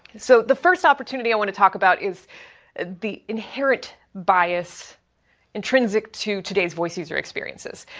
so, the first opportunity i want to talk about is the inherent bias intrinsic to today's voice-user experiences.